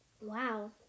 Wow